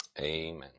Amen